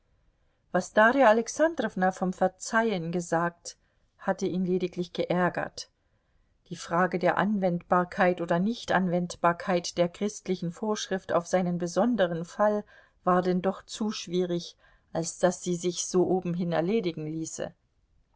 was darja alexandrowna vom verzeihen gesagt hatte ihn lediglich geärgert die frage der anwendbarkeit oder nichtanwendbarkeit der christlichen vorschrift auf seinen besonderen fall war denn doch zu schwierig als daß sie sich so obenhin erledigen ließe